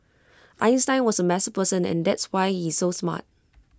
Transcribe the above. Einstein was A messy person and that's why he's so smart